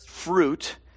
fruit